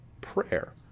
Prayer